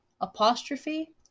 apostrophe